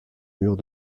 murs